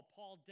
Paul